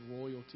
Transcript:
royalty